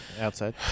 outside